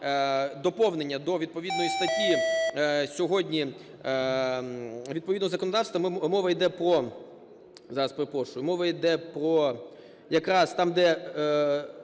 доповнення до відповідної статті сьогодні, відповідного законодавства, мова іде про… Зараз, перепрошую. Мова іде про… Якраз в